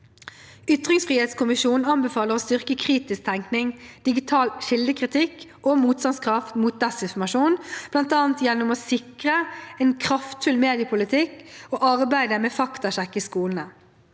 Ytringsfrihetskommisjonen anbefaler å styrke kritisk tenkning, digital kildekritikk og motstandskraft mot desinformasjon, bl.a. gjennom å sikre en kraftfull mediepolitikk og arbeidet med faktasjekk i skolene.